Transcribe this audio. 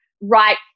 Right